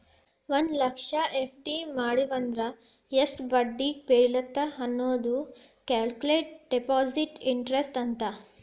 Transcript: ಒಂದ್ ಲಕ್ಷ ಎಫ್.ಡಿ ಮಡಿವಂದ್ರ ಎಷ್ಟ್ ಬಡ್ಡಿ ಬೇಳತ್ತ ಅನ್ನೋದ ಕ್ಯಾಲ್ಕುಲೆಟ್ ಡೆಪಾಸಿಟ್ ಇಂಟರೆಸ್ಟ್ ಅಂತ